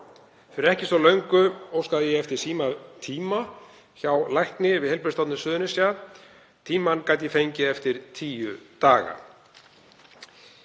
Fyrir ekki svo löngu óskaði ég eftir símatíma hjá lækni við Heilbrigðisstofnun Suðurnesja. Tímann gat ég fengið eftir tíu daga.